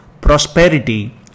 prosperity